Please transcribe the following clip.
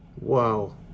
Wow